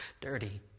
dirty